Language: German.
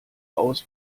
aus